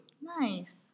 Nice